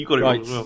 right